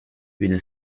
une